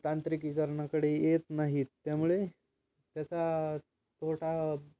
तांत्रिकीकरणाकडे येत नाहीत त्यामुळे त्याचा तोटा